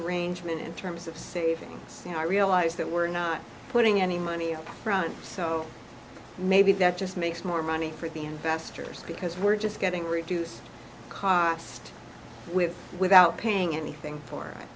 arrangement in terms of savings i realize that we're not putting any money up front so maybe that just makes more money for the investors because we're just getting reduced cost with without paying anything for it